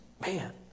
Man